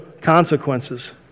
consequences